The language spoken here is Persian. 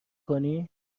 کنی